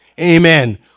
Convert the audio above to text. Amen